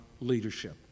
leadership